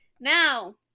Now